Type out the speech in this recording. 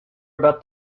about